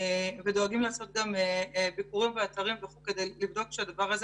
ודואגים לעשות גם את הדברים כדי לדאוג שהדבר הזה